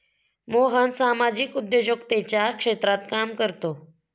मोहन सामाजिक उद्योजकतेच्या क्षेत्रात काम करतो